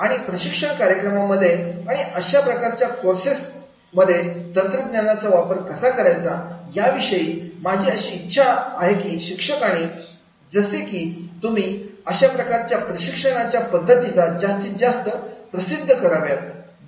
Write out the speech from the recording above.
आणि प्रशिक्षण कार्यक्रमांमध्ये आणि अशा प्रकारच्या कोर्समध्ये तंत्रज्ञानाचा वापर कसा करायचा याविषयी माझी अशी इच्छा आहे की शिक्षकांनी जसे की तुम्ही अशा प्रकारच्या प्रशिक्षणाच्या पद्धती जास्तीत जास्त प्रसिद्ध कराव्यात